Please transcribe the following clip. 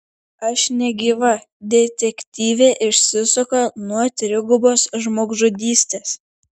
aš negyva detektyvė išsisuka nuo trigubos žmogžudystės